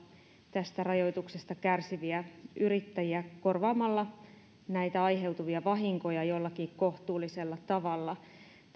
tästä rajoituksesta kärsiviä yrittäjiä korvaamalla näitä aiheutuvia vahinkoja jollakin kohtuullisella tavalla